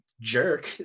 jerk